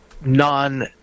non